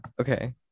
okay